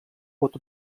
pot